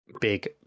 big